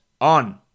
on